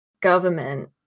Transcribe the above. government